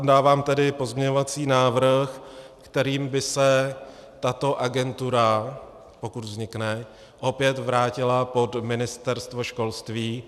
Dávám tedy pozměňovací návrh, kterým by se tato agentura, pokud vznikne, opět vrátila pod Ministerstvo školství.